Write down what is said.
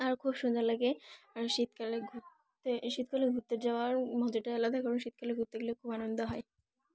আর খুব সুন্দর লাগে আর শীতকালে ঘুরতে শীতকালে ঘুরতে যাওয়ার মজাটা আলাদা কারণ শীতকালে ঘুরতে গেলে খুব আনন্দ হয়